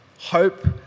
hope